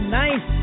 nice